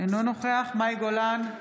אינו נוכח מאי גולן,